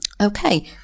Okay